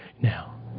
Now